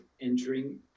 entering